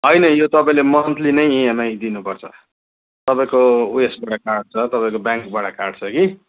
होइन यो तपाईँले मन्थली नै इएमआई दिनुपर्छ तपाईँको उयेसबाट काट्छ तपाईँको ब्याङ्कबाट काट्छ कि